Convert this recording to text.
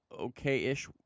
okay-ish